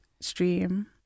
stream